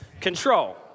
control